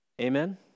Amen